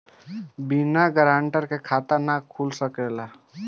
बिना गारंटर के खाता नाहीं खुल सकेला?